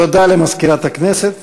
תודה למזכירת הכנסת.